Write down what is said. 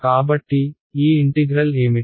కాబట్టి ఈ ఇంటిగ్రల్ ఏమిటి